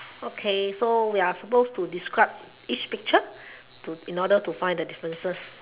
okay so we are suppose to describe each picture to in order to find the differences